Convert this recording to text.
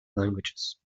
languages